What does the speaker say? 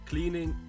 Cleaning